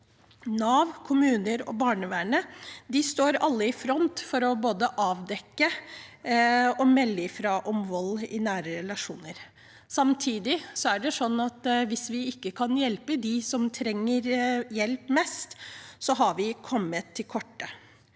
Nav, kommuner og barnevernet står alle i front for både å avdekke og melde fra om vold i nære relasjoner. Samtidig er det sånn at hvis vi ikke kan hjelpe dem som trenger hjelp mest, har vi kommet til kort.